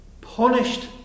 punished